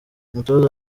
umutoza